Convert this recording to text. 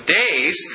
days